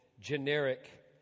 generic